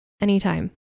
anytime